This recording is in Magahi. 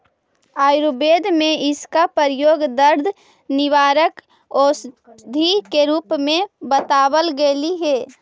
आयुर्वेद में इसका प्रयोग दर्द निवारक औषधि के रूप में बतावाल गेलई हे